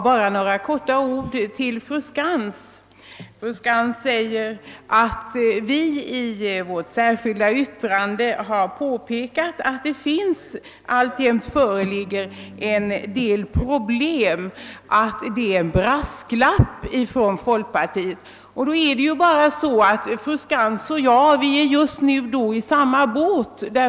Bara några få ord till fru Skantz! Vi har i vårt särskilda yttrande påpekat att det alltjämt föreligger en del problem, och fru Skantz säger att detta är en brasklapp från folkpartiet. I så fall sitter fru Skantz och jag nu i samma båt.